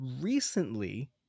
recently